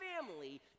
family